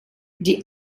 die